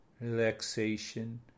relaxation